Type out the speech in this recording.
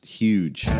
huge